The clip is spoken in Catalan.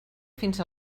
fins